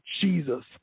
Jesus